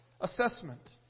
assessment